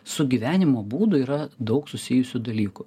su gyvenimo būdu yra daug susijusių dalykų